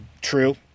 True